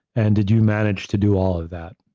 and did you manage to do all of that?